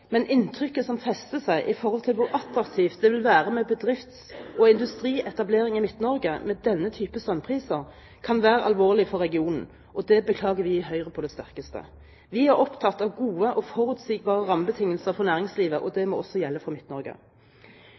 men inntrykket som fester seg – hvor attraktiv vil bedrifts- og industrietablering i Midt-Norge være med denne type strømpriser – kan være alvorlig for regionen. Og det beklager vi i Høyre på det sterkeste. Vi er opptatt av gode og forutsigbare rammebetingelser for næringslivet. Det må også gjelde for